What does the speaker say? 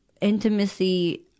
intimacy